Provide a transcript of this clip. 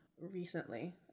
recently